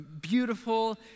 beautiful